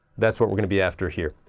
that's what we're going to be after here.